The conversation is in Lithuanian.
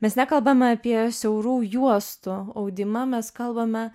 mes nekalbam apie siaurų juostų audimą mes kalbame